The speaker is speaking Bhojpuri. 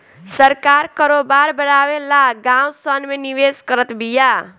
सरकार करोबार बड़ावे ला गाँव सन मे निवेश करत बिया